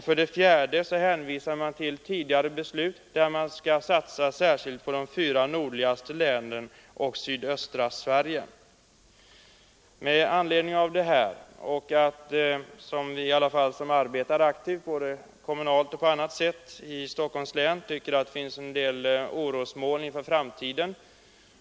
För det fjärde hänvisar man till tidigare beslut, enligt vilka det skall satsas särskilt på de fyra nordligaste länen och på sydöstra Sverige. I varje fall vi som arbetar aktivt kommunalt och på annat sätt i Stockholms län finner i dessa uttalanden en del orosmoln inför framtiden.